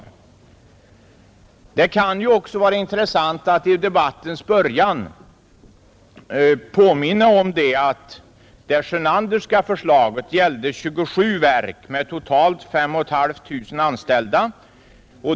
Det kan ju också vara intressant att i debattens början påminna om att det Sjönanderska förslaget gällde 27 verk med totalt 5 500 anställda.